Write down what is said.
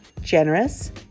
generous